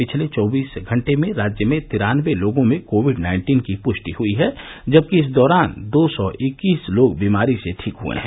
पिछले चौबीस घंटे में राज्य में तिरानबे लोगों में कोविड नाइन्टीन की पुष्टि हुयी है जबकि इस दौरान दो सौ इक्कीस लोग बीमारी से ठीक हुए हैं